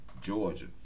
Georgia